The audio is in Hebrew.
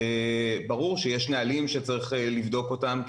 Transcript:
ברור שיש נהלים שצריך לבדוק אותם,